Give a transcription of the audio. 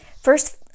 First